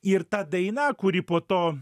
ir ta daina kuri po to